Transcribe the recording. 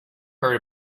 heard